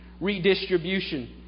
redistribution